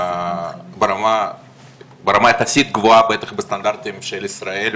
ברמה יחסית גבוהה, בטח בסטנדרטים של ישראל.